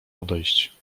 odejść